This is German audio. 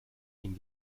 ihnen